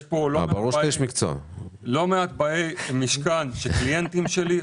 יש כאן לא מעט באי משכן שהם קליינטים שלי.